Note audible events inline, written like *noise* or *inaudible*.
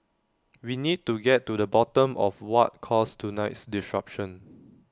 we need to get to the bottom of what caused tonight's disruption *noise*